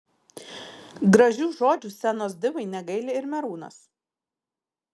gražių žodžių scenos divai negaili ir merūnas